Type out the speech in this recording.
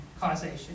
causation